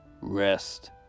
rest